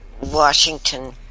Washington